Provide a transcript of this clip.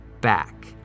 back